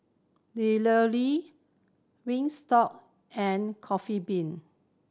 Wingstop and Coffee Bean